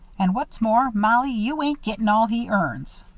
and what's more, mollie, you ain't gettin' all he earns.